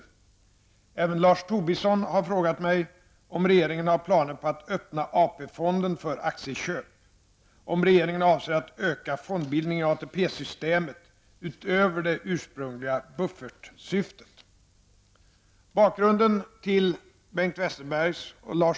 Även Lars Tobisson har frågat mig: -- om regeringen har planer på att öppna AP systemet utöver det ursprungliga buffertsyftet.